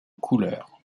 couleurs